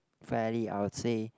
fairly I would say